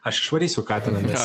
aš išvarysiu katiną nes